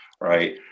right